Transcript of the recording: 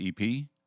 EP